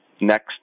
Next